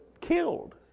killed